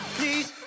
please